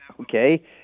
okay